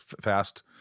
fast